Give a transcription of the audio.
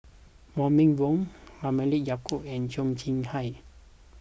Wong Meng Voon Halimah Yacob and Cheo Chai Hiang